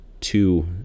two